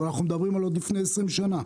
ואנחנו מדברים על לפני 20 שנה.